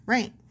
Right